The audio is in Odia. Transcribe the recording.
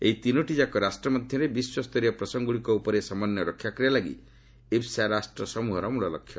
ଏହି ତିନୋଟିଯାକ ରାଷ୍ଟ୍ର ମଧ୍ୟରେ ବିଶ୍ୱସ୍ତରୀୟ ପ୍ରସଙ୍ଗଗୁଡ଼ିକ ଉପରେ ସମନ୍ୱୟ ରକ୍ଷା କରିବା ଲାଗି ଇବ୍ସା ରାଷ୍ଟ୍ରସମ୍ଭର ମୂଳ ଲକ୍ଷ୍ୟ